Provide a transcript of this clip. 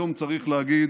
היום צריך להגיד: